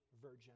virgin